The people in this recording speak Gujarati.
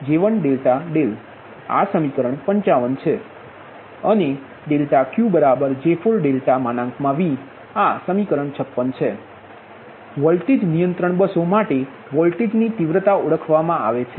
ΔPJ1Δδ આ સમીકરણ 55 છે અને ∆QJ4∆V આ સમીકરણ 56 છે વોલ્ટેજ નિયંત્રણ બસો માટે વોલ્ટેજની તીવ્રતા ઓળખવામાં આવે છે